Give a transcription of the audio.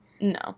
No